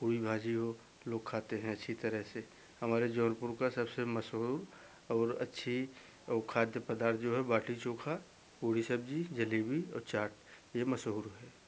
पुरी भाजी हो लोग खाते हैं अच्छी तरेह से हमारे जौनपुर का सबसे मसहुर और अच्छी औ खाद्य पदार्थ जो है बाटी चोखा पुड़ी सब्जी जलेबी और चाट ये मशहुर है